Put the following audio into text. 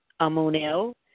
Amunel